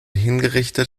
hingerichtet